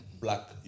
black